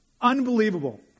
Unbelievable